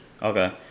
Okay